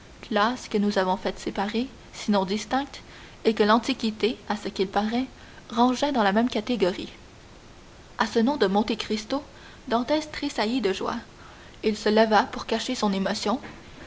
que nous avons faites séparées sinon distinctes et que l'antiquité à ce qu'il paraît rangeait dans la même catégorie à ce nom de monte cristo dantès tressaillit de joie il se leva pour cacher son émotion